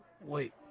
Wait